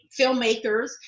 filmmakers